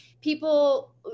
people